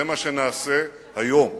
זה מה שנעשה היום.